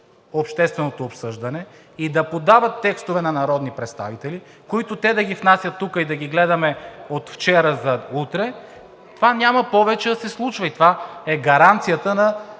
общественото обсъждане и да подават текстове на народни представители, които да ги внасят и да ги гледаме от вчера за утре, повече няма да се случва и това е гаранцията на